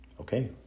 Okay